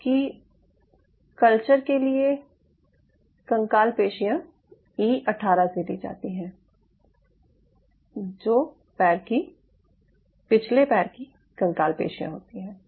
जबकि कल्चर के लिए कंकाल पेशियाँ ई 18 से ली जाती हैं जो पिछले पैर की कंकाल पेशियाँ होती हैं